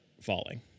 falling